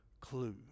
clue